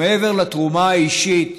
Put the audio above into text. מעבר לתרומה האישית